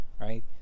right